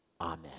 Amen